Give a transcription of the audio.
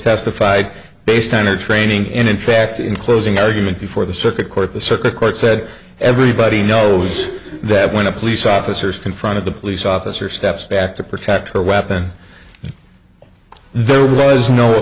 testified based on their training and in fact in closing argument before the circuit court the circuit court said everybody knows that when a police officer is confronted the police officer steps back to protect her weapon there was no